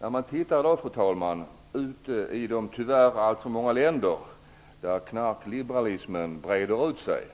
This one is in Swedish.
När man tittar i de tyvärr alltför många länder där knarkliberalismen breder ut sig,